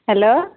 hello